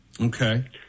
Okay